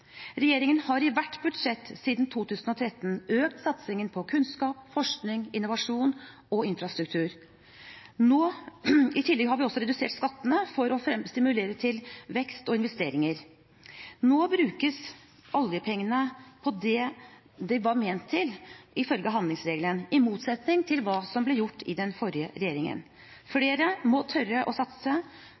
Regjeringen har i hvert budsjett siden 2013 økt satsingen på kunnskap, forskning, innovasjon og infrastruktur. I tillegg har vi også redusert skattene for å stimulere til vekst og investeringer. Nå brukes oljepengene på det de var ment til ifølge handlingsregelen, i motsetning til det som ble gjort av den forrige regjeringen. Flere må tørre å satse,